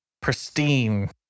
pristine